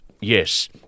Yes